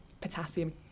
potassium